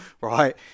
right